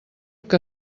que